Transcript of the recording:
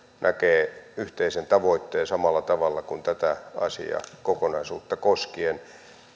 näkee yhteisen tavoitteen samalla tavalla kuin tätä asiakokonaisuutta koskien